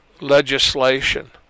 legislation